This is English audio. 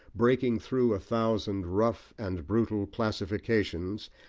breaking through a thousand rough and brutal classifications,